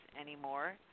anymore